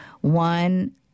one